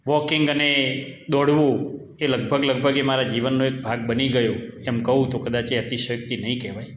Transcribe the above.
walking અને દોડવું એ લગભગ લગભગ એ મારા જીવનનો એક ભાગ બની ગયો એમ કહું તો કદાચ એ અતિશયોક્તિ નહીં કહેવાય